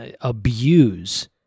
abuse